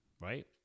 right